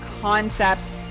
concept